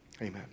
Amen